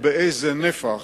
ובאיזה נפח